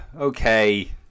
okay